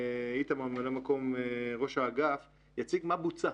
איתמר ממלא מקום ראש האגף יציג מה בוצע,